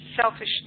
selfishness